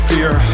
Fear